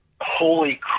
Holy